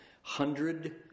hundred